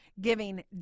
giving